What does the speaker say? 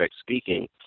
speaking